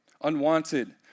unwanted